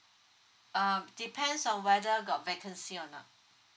uh depends on whether got vacancy or not